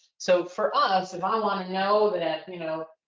so for us, if i want to know that, you know,